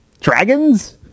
dragons